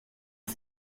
for